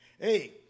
hey